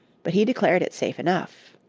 but he declared it safe enough.